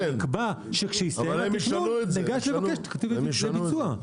אבל נקבע, שכשיסיימו, ניגש לבקש תקציב לביצוע.